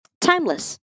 timeless